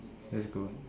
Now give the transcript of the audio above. that's good